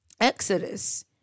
Exodus